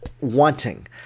wanting